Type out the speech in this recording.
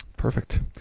Perfect